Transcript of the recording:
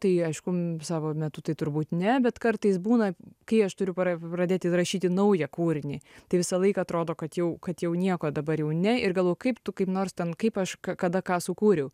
tai aišku savo metu tai turbūt ne bet kartais būna kai aš turiu pra pradėti rašyti naują kūrinį tai visą laiką atrodo kad jau kad jau nieko dabar jau ne ir galvoju kaip tu kaip nors ten kaip aš kada ką sukūriau